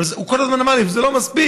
אבל הוא כל הזמן אמר לי: זה לא מספיק.